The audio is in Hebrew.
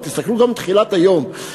אבל תסתכלו גם על תחילת היום.